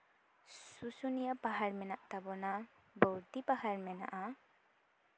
ᱥᱩᱥᱩᱱᱤᱭᱟᱹ ᱯᱟᱦᱟᱲ ᱢᱮᱱᱟᱜ ᱛᱟᱵᱳᱱᱟ ᱵᱚᱲᱫᱤ ᱯᱟᱦᱟᱲ ᱢᱮᱱᱟᱜᱼᱟ